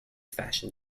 fashion